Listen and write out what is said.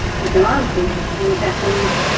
if you aren't immersing in japanese,